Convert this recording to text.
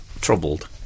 troubled